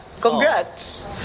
congrats